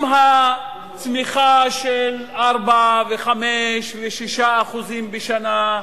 עם הצמיחה של 4% ו-5% ו-6% בשנה,